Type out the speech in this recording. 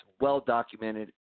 well-documented